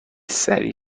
سریع